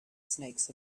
snakes